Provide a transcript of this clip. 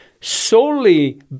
solely